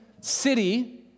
city